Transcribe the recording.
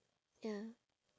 ya